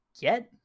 get